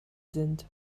sind